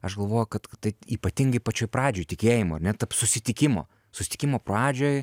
aš galvoju kad tai ypatingai pačioj pradžioj tikėjimo ar ne tarp susitikimo susitikimo pradžioj